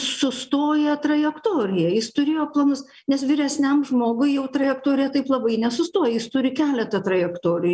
sustoja trajektorija jis turėjo planus nes vyresniam žmogui jau trajektorija taip labai nesustoja jis turi keleta trajektorijų